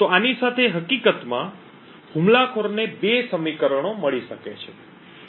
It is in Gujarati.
તો આની સાથે હકીકતમાં હુમલાખોરને 2 સમીકરણો મળી શકે છે